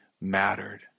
mattered